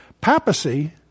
papacy